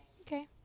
Okay